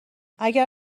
اگر